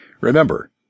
Remember